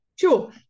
Sure